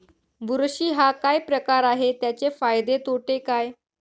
बुरशी हा काय प्रकार आहे, त्याचे फायदे तोटे काय?